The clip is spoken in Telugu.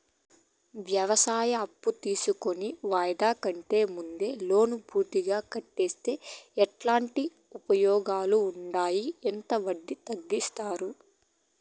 వ్యవసాయం అప్పు తీసుకొని వాయిదా కంటే ముందే లోను పూర్తిగా కట్టేస్తే ఎట్లాంటి ఉపయోగాలు ఉండాయి? ఎంత వడ్డీ తగ్గిస్తారు?